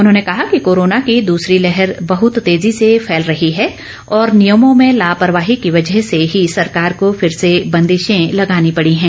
उन्होंने कहा कि कोरोना की दूसरी लहर बहत तेजी से फैल रही है और नियमों में लापरवाही की वजह से ही सरकार को फिर से बंदिशे लगानी पड़ी हैं